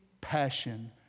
passion